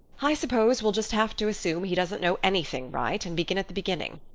i suppose we'll just have to assume he doesn't know anything right and begin at the beginning.